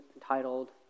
entitled